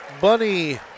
bunny